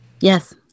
Yes